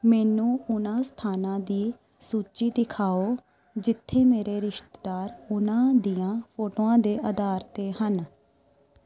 ਮੈਨੂੰ ਉਨ੍ਹਾਂ ਸਥਾਨਾਂ ਦੀ ਸੂਚੀ ਦਿਖਾਓ ਜਿੱਥੇ ਮੇਰੇ ਰਿਸ਼ਤੇਦਾਰ ਉਨ੍ਹਾਂ ਦੀਆਂ ਫੋਟੋਆਂ ਦੇ ਅਧਾਰ 'ਤੇ ਹਨ